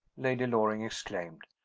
lady loring exclaimed.